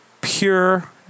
pure